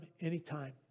anytime